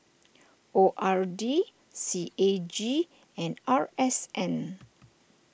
O R D C A G and R S N